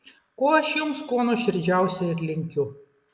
ko aš jums kuo nuoširdžiausiai ir linkiu